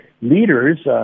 leaders